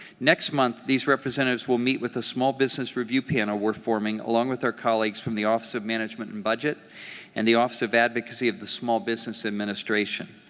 next month, these representatives will meet with a small business review panel we are forming along with our colleagues from the office of management and budget and the office of advocacy of the small business administration.